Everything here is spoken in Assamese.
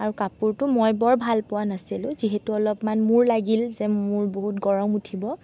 আৰু কাপোৰটো মই বৰ ভালপোৱা নাছিলোঁ যিহেতু অলপমান মোৰ লাগিল যে মোৰ বহুত গৰম উঠিব